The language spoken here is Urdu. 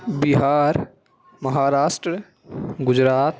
بہار مہاراشٹر گجرات